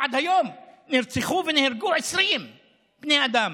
ועד היום נרצחו ונהרגו 20 בני אדם,